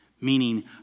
meaning